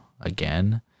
again